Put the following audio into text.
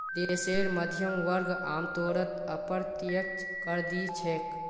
देशेर मध्यम वर्ग आमतौरत अप्रत्यक्ष कर दि छेक